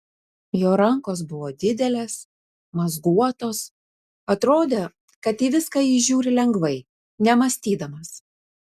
jo rankos buvo didelės mazguotos atrodė kad į viską jis žiūri lengvai nemąstydamas